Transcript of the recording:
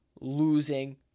losing